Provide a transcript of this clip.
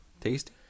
Tasty